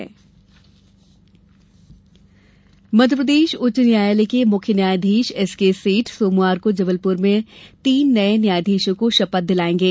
जज शपथ मध्यप्रदेश उच्च न्यायालय के मुख्य न्यायाधीश एस के सेठ सोमवार को जबलपुर में तीन नए न्यायाधीशों को शपथ दिलाएंगे